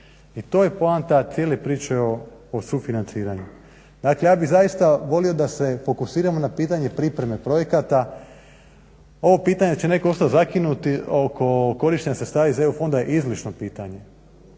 I to je poanta cijele priče o sufinanciranju. Dakle, ja bi zaista volio da se fokusiramo na pitanje pripreme projekata, ovo pitanje će netko zakinut oko korištenja sredstava iz EU fonda je izlišno pitanje.